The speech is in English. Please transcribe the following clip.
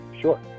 sure